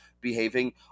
behaving